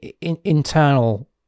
internal